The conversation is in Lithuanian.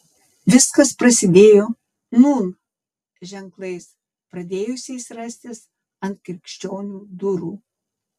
viskas prasidėjo nūn ženklais pradėjusiais rastis ant krikščionių durų